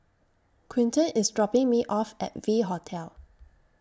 Quinton IS dropping Me off At V Hotel